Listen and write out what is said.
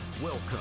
Welcome